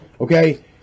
okay